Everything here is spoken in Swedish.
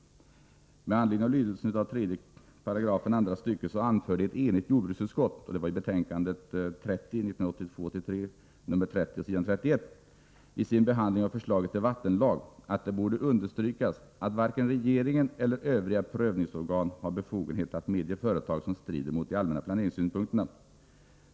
Med anledning av lydelsen 3 § andra stycket anförde ett enigt jordbruksutskott vid sin behandling av förslaget till vattenlag att det borde understrykas att varken regeringen eller övriga prövningsorgan har befogenhet att medge företag som strider mot de allmänna planeringssynpunkterna.